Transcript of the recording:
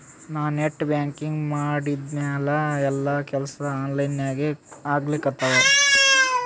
ನಾ net banking ಮಾಡಿದ್ಮ್ಯಾಲ ಎಲ್ಲಾ ಕೆಲ್ಸಾ ಆನ್ಲೈನಾಗೇ ಆಗ್ಲಿಕತ್ತಾವ